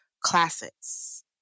classics